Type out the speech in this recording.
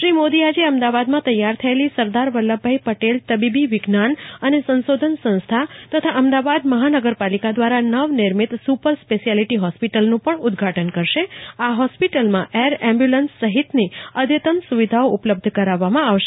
શ્રી મોદી આજે અમદાવાદમાં તૈયાર થયેલી સરદાર વલ્લભભાઈ પટેલ તબીબી વિજ્ઞાન અને સંસોધન સંસ્થા તથા અમદાવાદ મહાનગરપાલિકા દ્વારા નવનિર્મિત સ્પર સ્પેશ્યાલિટી હોસ્પિટલનું પણ ઉદ્દઘાટન કરશે આ હોસ્પિટલમાં એર એમ્બ્યુલન્સ સહિતની અઘતન સૂવિદ્યાઓ ઉપલબ્ધ કરાવવામાં આવશે